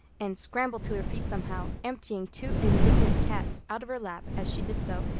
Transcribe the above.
anne scrambled to her feet somehow, emptying two indignant cats out of her lap as she did so,